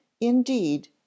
indeed